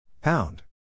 Pound